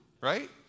right